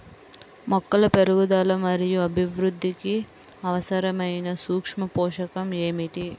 మొక్కల పెరుగుదల మరియు అభివృద్ధికి అవసరమైన సూక్ష్మ పోషకం ఏమిటి?